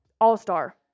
all-star